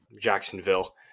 Jacksonville